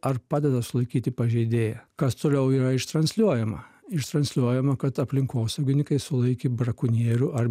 ar padeda sulaikyti pažeidėją kas toliau yra iš transliuojama ištransliuojama kad aplinkosaugininkai sulaikė brakonierių ar